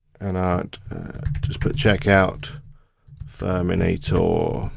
and and just put check out furminator.